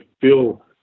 feel